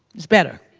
it's better.